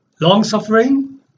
Long-suffering